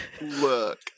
Look